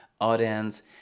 audience